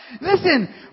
Listen